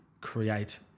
create